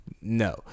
no